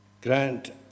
Grant